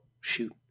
shoot